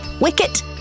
Wicket